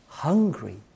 Hungry